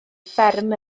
fferm